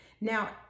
Now